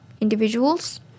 individuals